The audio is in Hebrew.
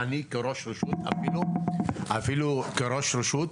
אפילו אני כראש רשות,